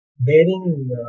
Bearing